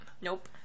Nope